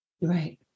Right